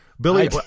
Billy